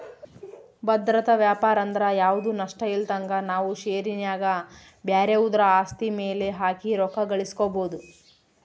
ಭದ್ರತಾ ವ್ಯಾಪಾರಂದ್ರ ಯಾವ್ದು ನಷ್ಟಇಲ್ದಂಗ ನಾವು ಷೇರಿನ್ಯಾಗ ಬ್ಯಾರೆವುದ್ರ ಆಸ್ತಿ ಮ್ಯೆಲೆ ಹಾಕಿ ರೊಕ್ಕ ಗಳಿಸ್ಕಬೊದು